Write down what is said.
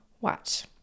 watch